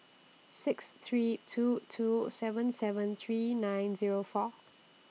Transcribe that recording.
six three two two seven seven three nine Zero four